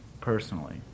personally